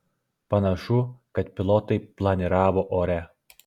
panašu kad pilotai planiravo ore